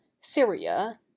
syria